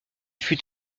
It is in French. fut